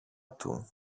του